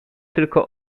tylko